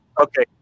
okay